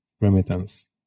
remittance